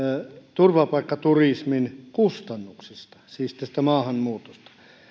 turvapaikkaturismin kustannuksista siis tästä maahanmuutosta